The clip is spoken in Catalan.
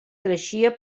creixia